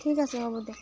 ঠিক আছে হ'ব দিয়ক